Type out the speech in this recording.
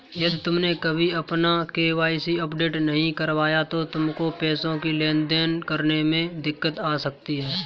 यदि तुमने अभी अपना के.वाई.सी अपडेट नहीं करवाया तो तुमको पैसों की लेन देन करने में दिक्कत आ सकती है